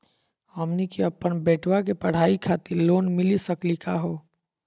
हमनी के अपन बेटवा के पढाई खातीर लोन मिली सकली का हो?